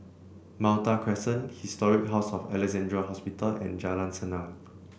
Malta Crescent Historic House of Alexandra Hospital and Jalan Senang